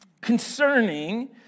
concerning